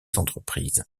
entreprises